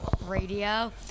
radio